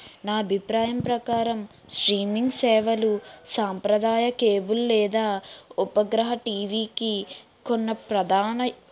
నా అభిప్రాయం ప్రకారం స్ట్రీమింగ్ సేవలు సాంప్రదాయ కేబుల్ లేదా ఉపగ్రహ టీవీకున్న ప్రధాన